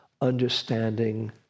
understanding